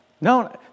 No